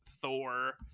Thor